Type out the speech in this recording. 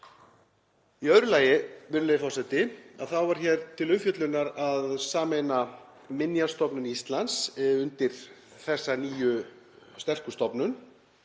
Í öðru lagi, virðulegi forseti, er hér til umfjöllunar að sameina Minjastofnun Íslands undir þessa nýju sterku stofnun.